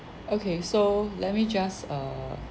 okay so let me just uh